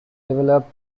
developed